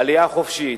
עלייה חופשית,